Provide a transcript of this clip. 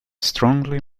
strongly